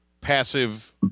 passive